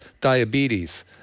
diabetes